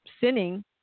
sinning